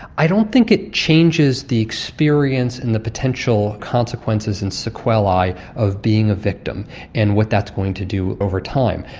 i don't think it changes the experience and the potential consequences and sequelae of being a victim and what that's going to do over time,